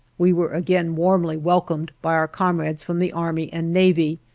we were again warmly welcomed by our comrades from the army and navy,